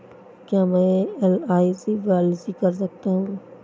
क्या मैं LIC policy कर सकता हूं?